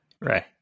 right